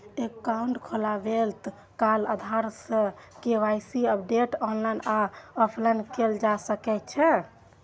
account खोलबैत काल आधार सं के.वाई.सी अपडेट ऑनलाइन आ ऑफलाइन कैल जा सकै छै